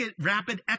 rapid